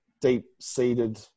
deep-seated